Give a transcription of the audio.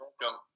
welcome